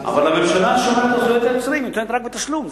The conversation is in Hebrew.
אבל הממשלה שומרת על זכויות יוצרים ונותנת רק בתשלום,